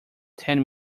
ten